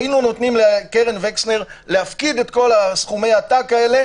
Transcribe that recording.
היינו נותנים לקרן וקסנר להפקיד את כל סכומי העתק האלה